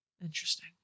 Interesting